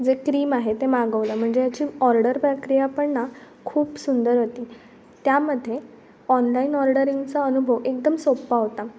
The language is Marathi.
जे क्रीम आहे ते मागवलं म्हणजे याची ऑर्डर प्रक्रिया पण ना खूप सुंदर होती त्यामध्ये ऑनलाईन ऑर्डरिंगचा अनुभव एकदम सोपा होता